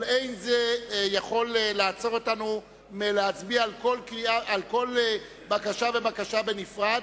אבל אין זה יכול לעצור אותנו מלהצביע על כל בקשה ובקשה בנפרד,